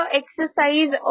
exercise